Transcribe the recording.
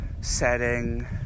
...setting